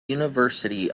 university